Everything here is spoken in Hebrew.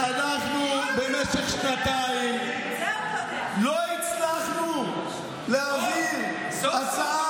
אנחנו במשך שנתיים לא הצלחנו להביא הצעה